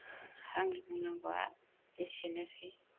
आंनि बुंनांगौआ एसेनोसै